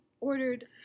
ordered